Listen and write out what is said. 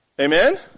Amen